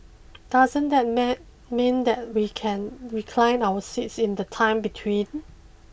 doesn't that meh mean that we can recline our seats in the time between